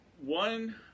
one